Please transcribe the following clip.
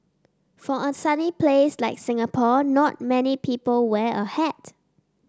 for a sunny place like Singapore not many people wear a hat